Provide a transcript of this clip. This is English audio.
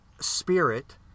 spirit